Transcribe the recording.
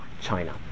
China